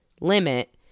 limit